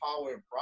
power